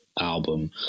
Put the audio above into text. album